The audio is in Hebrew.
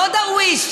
לא דרוויש,